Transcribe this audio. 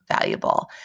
valuable